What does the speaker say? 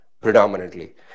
predominantly